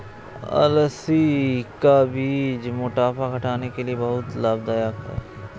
अलसी का बीज मोटापा घटाने के लिए बहुत लाभदायक है